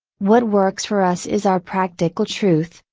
what works for us is our practical truth,